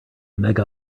mega